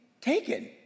taken